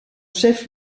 chef